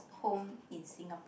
home in Singapore